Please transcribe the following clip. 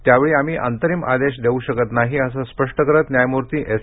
त्यावेळी आम्ही अंतरिम आदेश देऊ शकत नाही असे स्पष्ट करत न्यायमूर्ती एस